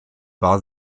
war